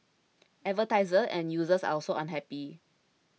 advertisers and users are also unhappy